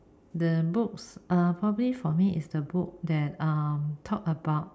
the books uh probably for me is the book that uh talk about uh